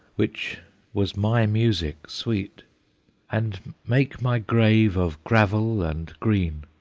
which was my music sweet and make my grave of gravel and green,